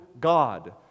God